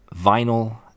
vinyl